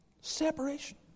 Separation